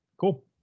cool